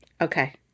Okay